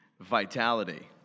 vitality